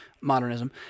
modernism